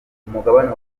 umugabane